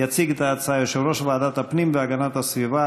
יציג את ההצעה יושב-ראש ועדת הפנים והגנת הסביבה,